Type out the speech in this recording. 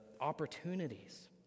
opportunities